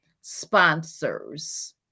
sponsors